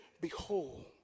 Behold